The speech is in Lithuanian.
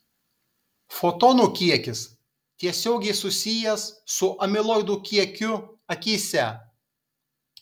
fotonų kiekis tiesiogiai susijęs su amiloidų kiekiu akyse